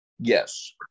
Yes